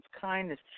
kindness